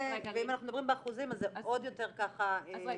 ואם אנחנו מדברים באחוזים אז זה עוד יותר מדליק נורה אדומה.